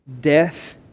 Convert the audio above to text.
death